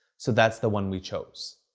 so that's the one we chose.